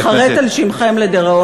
זה ייחרת על שמכם לדיראון עולם.